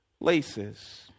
laces